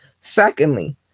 Secondly